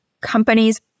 companies